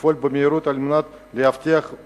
לפעול במהירות על מנת להבטיח את